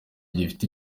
gifite